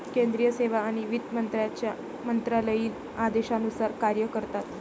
केंद्रीय सेवा आणि वित्त मंत्र्यांच्या मंत्रालयीन आदेशानुसार कार्य करतात